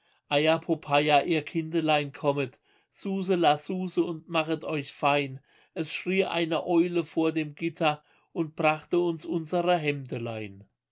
ihr kindelein kommet suse la suse und machet euch fein es schrie eine eule vor dem gitter und brachte uns unsere